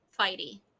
fighty